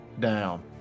down